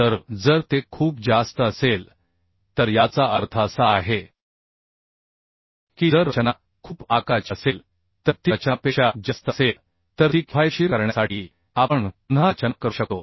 तर जर ते खूप जास्त असेल तर याचा अर्थ असा आहे की जर रचना खूप आकाराची असेल तर ती रचनापेक्षा जास्त असेल तर ती किफायतशीर करण्यासाठी आपण पुन्हा रचना करू शकतो